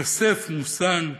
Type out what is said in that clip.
יוסף מוסן,